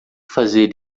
fazer